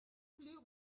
flew